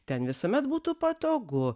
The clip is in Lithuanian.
ten visuomet būtų patogu